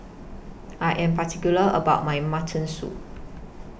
I Am particular about My Mutton Soup